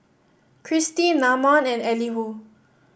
Kristi Namon and Elihu